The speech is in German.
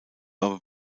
aber